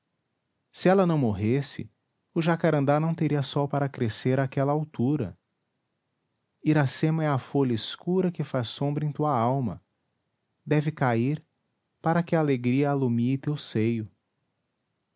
se ela não morresse o jacarandá não teria sol para crescer àquela altura iracema é a folha escura que faz sombra em tua alma deve cair para que a alegria alumie teu seio